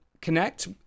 connect